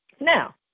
Now